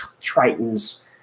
Tritons